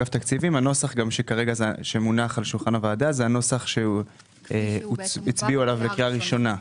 הנוסח שמונח על שולחן הוועדה זה הנוסח שהצביעו עליו בקריאה ראשונה.